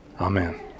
Amen